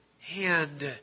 hand